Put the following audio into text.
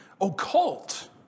occult